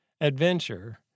adventure